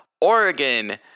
Oregon